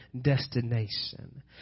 destination